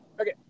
Okay